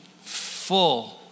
full